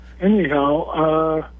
anyhow